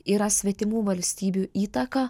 yra svetimų valstybių įtaka